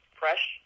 fresh